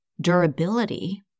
durability